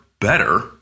better